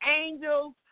angels